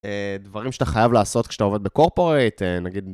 דברים שאתה חייב לעשות כשאתה עובד בקורפורייט, נגיד...